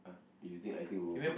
if you think I think who confirm